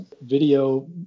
video